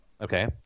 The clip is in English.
okay